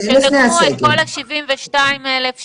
תדגמו את כל ה-72,000,